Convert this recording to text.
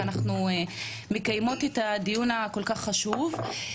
ואנחנו מקיימות את הדיון הכל כך חשוב הזה.